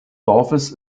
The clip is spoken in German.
dorfes